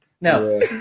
No